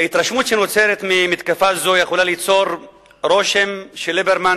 ההתרשמות שנוצרת ממתקפה זאת יכולה ליצור רושם שליברמן